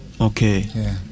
Okay